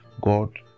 God